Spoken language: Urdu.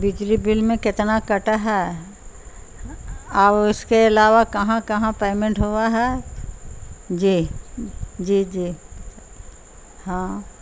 بجلی بل میں کتنا کٹا ہے اور اس کے علاوہ کہاں کہاں پیمنٹ ہوا ہے جی جی جی ہاں